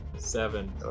Seven